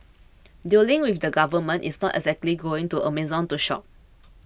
dealing with the Government is not exactly going to Amazon to shop